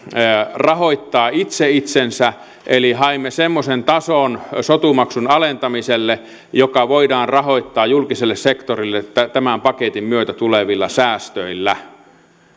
rahoittaa itse itsensä eli haimme semmoisen tason sotu maksun alentamiselle joka voidaan rahoittaa julkiselle sektorille tämän paketin myötä tulevilla säästöillä